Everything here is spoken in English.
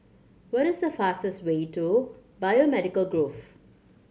what is the fastest way to Biomedical Grove